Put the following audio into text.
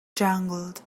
jangled